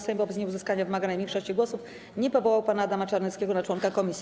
Sejm wobec nieuzyskania wymaganej większości głosów nie powołał pana Adama Czarneckiego na członka komisji.